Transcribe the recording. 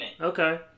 okay